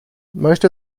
most